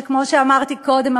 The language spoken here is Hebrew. שכמו שאמרתי קודם,